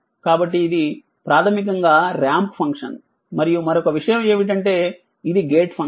కాబట్టి ఇది ప్రాథమికంగా ర్యాంప్ ఫంక్షన్ మరియు మరొక విషయం ఏమిటంటే ఇది గేట్ ఫంక్షన్